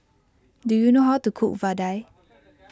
do you know how to cook Vadai